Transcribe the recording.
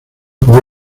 puede